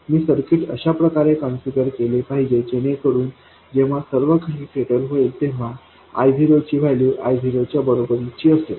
मी circuit अशाप्रकारे configure केले पाहिजे जेणेकरून जेव्हा सर्व काही सेटल होईल तेव्हा I0 ची व्हॅल्यू I0 च्या बरोबरीची असेल